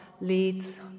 leads